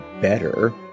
better